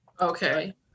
Okay